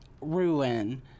ruin